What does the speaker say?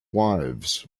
wives